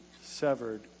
severed